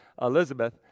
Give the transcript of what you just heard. Elizabeth